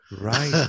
right